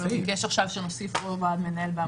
אדוני מבקש שנוסיף או ועד מנהל בעמותה.